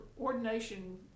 ordination